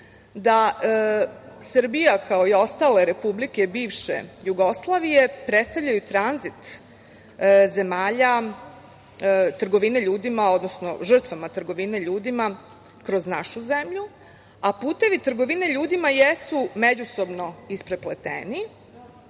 da Srbija, kao i ostale Republike bivše Jugoslavije predstavljaju tranzit zemalja trgovine ljudima, odnosno žrtvama trgovine ljudima kroz našu zemlju, a putevi trgovine ljudima jesu međusobno isprepleteni.